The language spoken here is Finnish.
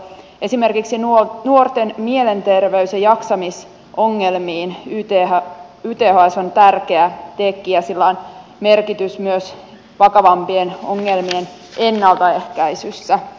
esimerkiksi nuorten mielenterveys ja jaksamisongelmissa yths on tärkeä tekijä ja sillä on merkitys myös vakavampien ongelmien ennaltaehkäisyssä